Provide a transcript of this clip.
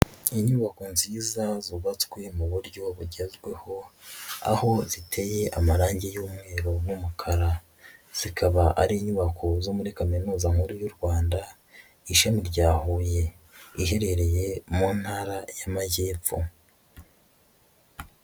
Inyubako nziza zubatswe mu buryo bugezweho, aho ziteye amarange y'umweru n'umukara, zikaba ari inyubako zo muri Kaminuza Nkuru y'u Rwanda ishami rya Huye, iherereye mu Ntara y'Amajyepfo.